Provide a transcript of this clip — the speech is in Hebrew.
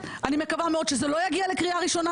אני מקווה מאוד שזה לא יגיע לקריאה ראשונה.